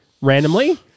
Randomly